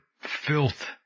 filth